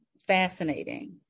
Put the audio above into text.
fascinating